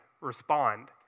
respond